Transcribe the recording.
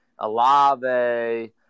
Alave